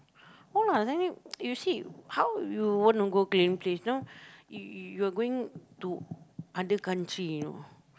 ya lah then you you see how you want to go clean place now you you're going to other country you know